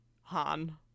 Han